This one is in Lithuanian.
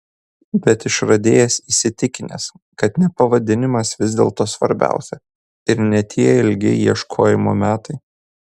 bet išradėjas įsitikinęs kad ne pavadinimas vis dėlto svarbiausia ir ne tie ilgi ieškojimo metai